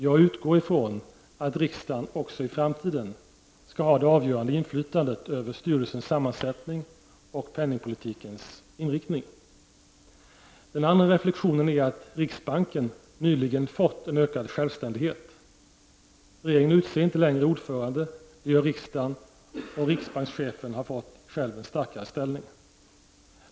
Jag utgår från att riksdagen även i framtiden skall ha det avgörande inflytandet över styrelsens sammansättning och penningpolitikens inriktning. För det andra har riksbanken nyligen fått en ökad självständighet. Regeringen utser inte längre ordförande — det gör riksdagen. Riksbankschefen har fått en starkare ställning.